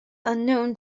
unknown